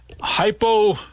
Hypo